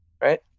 Right